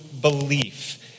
belief